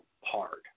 hard